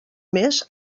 més